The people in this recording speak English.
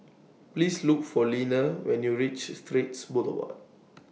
Please Look For Leaner when YOU REACH Straits Boulevard